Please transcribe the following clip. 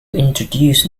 introduce